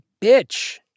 bitch